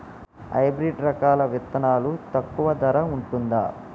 Hybrid రకాల విత్తనాలు తక్కువ ధర ఉంటుందా?